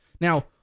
Now